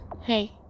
hey